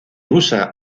usa